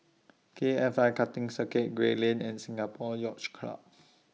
K F I Karting Circuit Gray Lane and Singapore Yacht Club